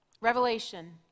Revelation